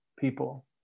people